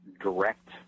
direct